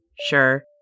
Sure